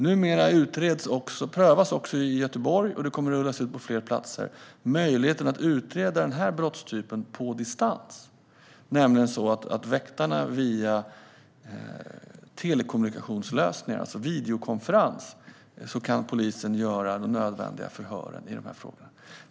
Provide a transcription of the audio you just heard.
Numera prövas också i Göteborg möjligheten att utreda den här brottstypen på distans på så sätt att polisen via telekommunikationslösningar, alltså videokonferens, kan göra nödvändiga förhör i de här frågorna.